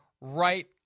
right